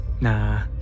Nah